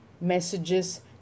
messages